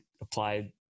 applied